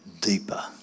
deeper